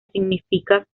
significa